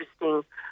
interesting